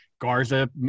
Garza